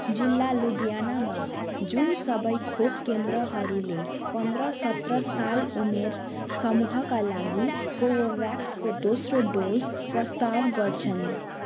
जिल्ला लुधियानामा जुन सबै खोप केन्द्रहरूले पन्ध्र सत्र साल उमेर समूहका लागि कोभाभ्याक्सको दोस्रो डोज प्रस्ताव गर्छन्